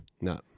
No